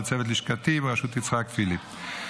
לצוות לשכתי בראשות יצחק פיליפ.